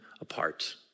apart